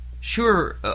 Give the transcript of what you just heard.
sure